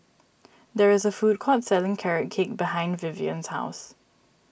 there is a food court selling Carrot Cake behind Vivian's house